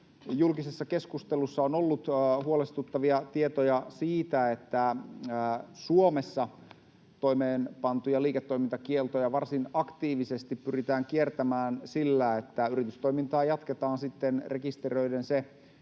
julkisessa keskustelussa on ollut huolestuttavia tietoja siitä, että Suomessa toimeenpantuja liiketoimintakieltoja varsin aktiivisesti pyritään kiertämään sillä, että yritystoimintaa jatketaan rekisteröiden se